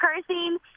cursing